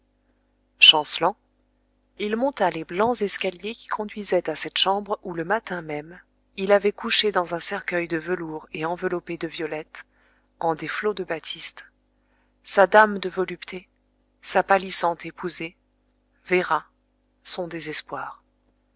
chancelant il monta les blancs escaliers qui conduisaient à cette chambre où le matin même il avait couché dans un cercueil de velours et enveloppé de violettes en des flots de batiste sa dame de volupté sa pâlissante épousée véra son désespoir